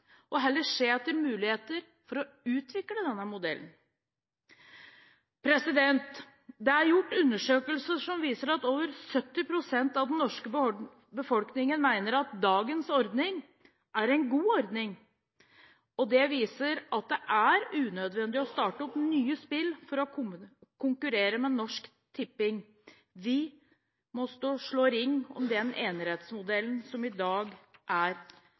og heller se etter muligheter for å utvikle denne modellen. Det er gjort undesøkelser som viser at over 70 pst. av den norske befolkningen mener dagens ordning er en god ordning. Det viser at det er unødvendig å starte opp nye spill for å konkurrere med Norsk Tipping. Vi må slå ring om den enerettsmodellen som i dag er